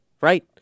right